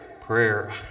prayer